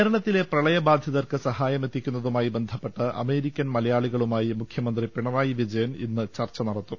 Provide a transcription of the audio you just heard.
കേരളത്തിലെ പ്രളയബാധിതർക്ക് സഹായമെത്തിക്കുന്നതുമായി ബന്ധപ്പെട്ട് അമേരിക്കൻ മലയാളികളുമായി മുഖ്യമന്ത്രി പിണറായി വിജയൻ ഇന്ന് ചർച്ച നടത്തും